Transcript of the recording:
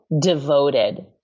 devoted